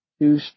Two